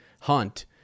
Hunt